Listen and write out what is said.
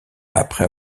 après